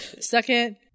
second